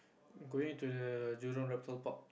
going into the Jurong-Reptile-Park